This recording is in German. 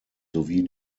sowie